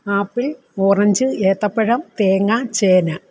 apple orange ഏത്തപ്പഴം തേങ്ങ ചേന